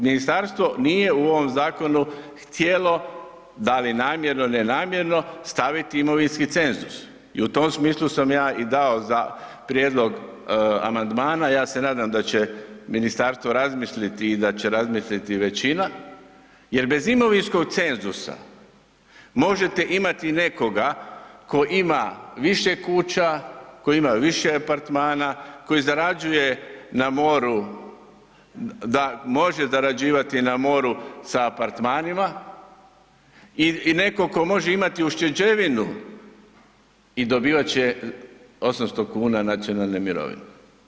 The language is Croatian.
Ministarstvo nije u ovom zakonu htjelo da li namjerno ili ne namjerno, staviti imovinski cenzus i u tom smislu sam ja i dao prijedlog amandmana, ja se nadam da će ministarstvo razmisliti i da će razmisliti većina jer bez imovinskog cenzusa možete imati nekoga ko ima više kuća, ko ima više apartmana, koji može zarađivati na moru sa apartmanima i neko ko može imati ušteđevinu i dobivat će 800 kuna nacionalne mirovine.